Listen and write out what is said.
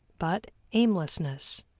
but aimlessness,